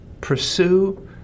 Pursue